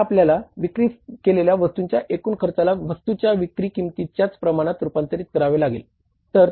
आता आपल्याला विक्री केलेल्या वस्तूच्या एकूण खर्चाला वस्तूच्या विक्री किंमतीच्याच प्रमाणात रुपांतरीत करावे लागेल